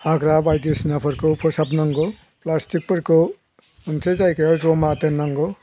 हाग्रा बायदिसिनाफोरखौ फोसाबनांगौ प्लासटिकफोरखौ मोनसे जायगायाव जमा दोननांगौ